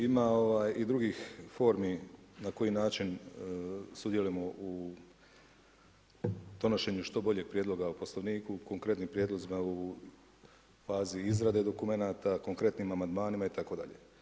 Ima i drugih formi na koji način sudjelujemo u donošenju što boljeg prijedloga o poslovniku, konkretnim prijedlozima u fazi izrade dokumenata, konkretnim amandmanima itd.